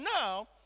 now